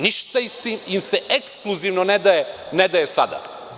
Ništa im se ekskluzivno ne daje sada.